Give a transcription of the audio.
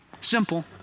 Simple